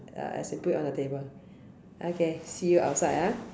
uh I say put it on the table okay see you outside ah